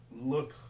look